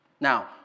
Now